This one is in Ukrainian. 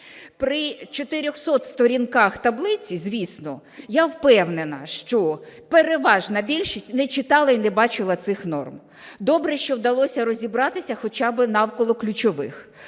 При 400 сторінках таблиці, звісно, я впевнена, що переважна більшість не читали і не бачили цих норм. Добре, що вдалося розібратися хоча би навколо ключових.